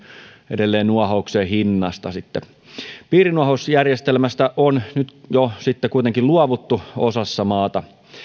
edelleen nuohouksen hinnasta piirinuohousjärjestelmästä on nyt jo kuitenkin luovuttu osassa maata